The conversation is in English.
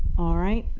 all right.